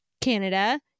Canada